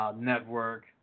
network